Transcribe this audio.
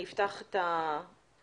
אני אפתח את הצ'אט.